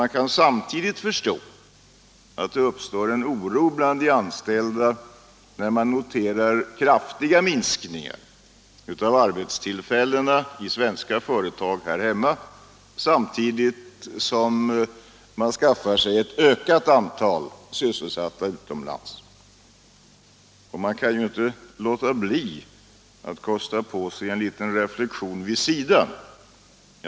Men man kan förstå att det uppstår en oro bland de anställda, när man noterar kraftiga minskningar av arbetstillfällena i svenska företag här hemma samtidigt som man konstaterar ett ökat antal sysselsatta i svenska företag utomlands. Man kan inte låta bli att kosta på sig en liten reflexion vid sidan om.